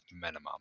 minimum